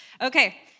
Okay